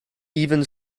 even